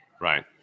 Right